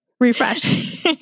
refresh